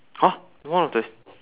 !huh! one of the